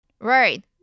Right